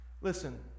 Listen